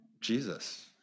Jesus